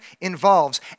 involves